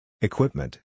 Equipment